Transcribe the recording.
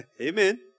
Amen